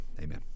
Amen